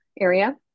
area